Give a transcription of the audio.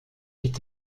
est